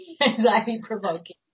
anxiety-provoking